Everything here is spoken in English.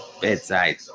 bedside